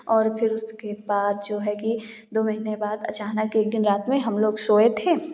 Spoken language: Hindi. और फ़िर उसके बाद जो है कि दो महीने बाद अचानक एक दिन रात में हम लोग सोए थे